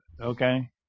okay